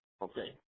Okay